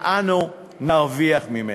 שאנו נרוויח ממנה.